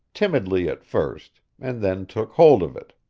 timidly at first, and then took hold of it.